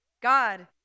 God